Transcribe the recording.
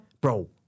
Bro